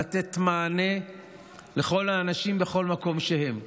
לתת מענה לכל האנשים בכל מקום שהם נמצאים.